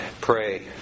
pray